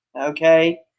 okay